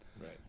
Right